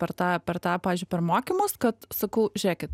per tą per tą pavyzdžiui per mokymus kad sakau žiūrėkit